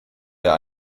der